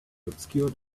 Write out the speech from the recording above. obscured